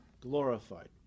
glorified